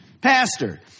Pastor